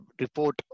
report